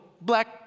black